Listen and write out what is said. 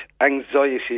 anxiety